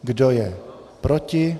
Kdo je proti?